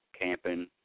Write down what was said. camping